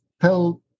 tell